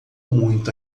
muito